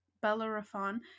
Bellerophon